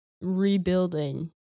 rebuilding